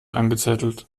angezettelt